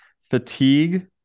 fatigue